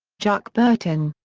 jacques bertin.